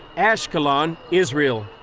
ashcalon, israel.